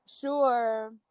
sure